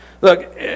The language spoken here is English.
Look